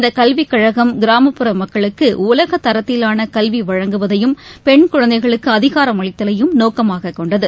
இந்த கல்விக் கழகம் கிராமப்புற மக்களுக்கு உலகத் தரத்திலாள கல்வி வழங்குவதையும் பெண் குழந்தைகளுக்கு அதிகாரம் அளித்தலையும் நோக்கமாகக் கொண்டது